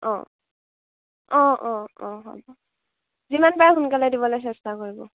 অ অ অ অ হ'ব যিমান পাৰে সোনকালে দিবলৈ চেষ্টা কৰিব